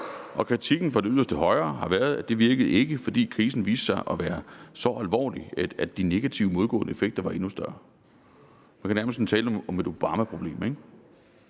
og kritikken fra det yderste højre har været, at det ikke virkede, fordi krisen viste sig at være så alvorlig, at de negative, modgående effekter var endnu større. Man kan nærmest sådan tale om et Obamaproblem, ikke?